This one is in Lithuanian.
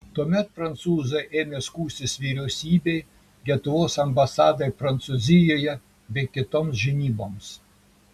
tuomet prancūzai ėmė skųstis vyriausybei lietuvos ambasadai prancūzijoje bei kitoms žinyboms